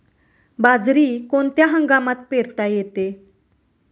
बाजरी कोणत्या हंगामात पेरता येते?